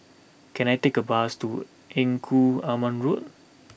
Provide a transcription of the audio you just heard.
can I take a bus to Engku Aman Road